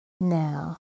Now